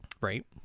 right